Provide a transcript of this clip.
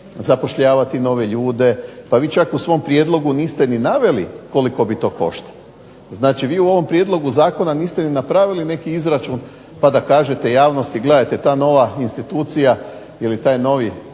zapošljavati nove ljude. Pa vi čak u svom prijedlogu niste ni naveli koliko bi to koštalo. Znači vi u ovom prijedlogu zakona niste ni napravili neki izračun pa da kažete javnosti, gledajte ta nova institucija ili taj novi